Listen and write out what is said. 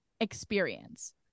experience